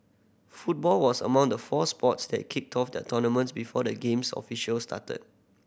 football was among the four sports that kicked off their tournaments before the Games officially started